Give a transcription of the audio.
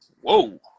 whoa